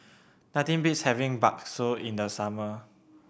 nothing beats having bakso in the summer